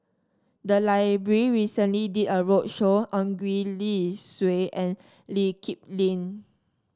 the library recently did a roadshow on Gwee Li Sui and Lee Kip Lin